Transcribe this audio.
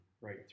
right